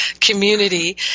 community